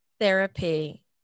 therapy